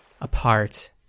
apart